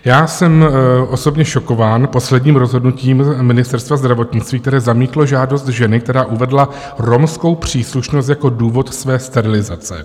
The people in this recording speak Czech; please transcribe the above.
Já jsem osobně šokován posledním rozhodnutím Ministerstva zdravotnictví, které zamítlo žádost ženy, která uvedla romskou příslušnost jako důvod své sterilizace.